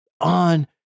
on